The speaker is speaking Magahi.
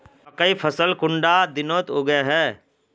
मकई फसल कुंडा दिनोत उगैहे?